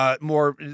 more